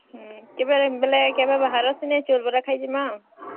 ହଁ କେବେ ବେଲେ କେବେ ବାହାର ସେନେ ଚଉଲ୍ ବରା ଖାଇଜିମା